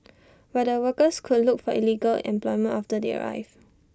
but the workers would look for illegal employment after they arrive